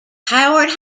howard